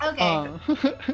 Okay